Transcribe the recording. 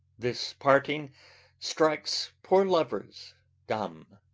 this parting strikes poor lovers dumb.